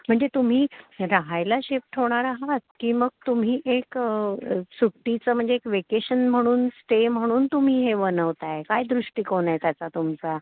म्हणजे तुम्ही राहायला शिफ्ट होणार आहात की मग तुम्ही एक सुट्टीचं म्हणजे एक वेकेशन म्हणून स्टे म्हणून तुम्ही हे बनवताय काय दृष्टिकोन आहे त्याचा तुमचा